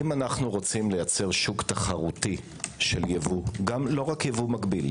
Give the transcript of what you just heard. אם אנו רוצים לייצר שוק תחרותי של ייבוא לא רק ייבוא מגביל,